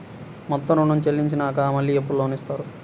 మొత్తం ఋణం చెల్లించినాక మళ్ళీ ఎప్పుడు లోన్ ఇస్తారు?